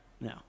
No